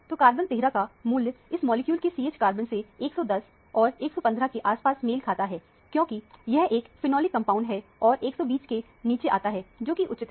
तो कार्बन 13 का मूल्य इस मॉलिक्यूल के CH कार्बन से 110 और 115 के आसपास मेल खाता है क्योंकि यह एक फेनोलिक कंपाउंड है और 120 के नीचे आता है जो कि उचित है